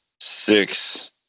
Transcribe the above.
six